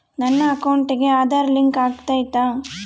ನನ್ನ ಅಕೌಂಟಿಗೆ ಆಧಾರ್ ಲಿಂಕ್ ಆಗೈತಾ?